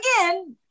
again